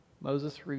Moses